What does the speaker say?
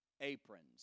aprons